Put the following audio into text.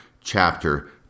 chapter